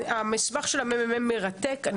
המסמך של מרכז המחקר והמידע הוא מרתק.